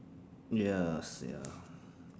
ya ya